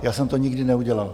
Já jsem to nikdy neudělal.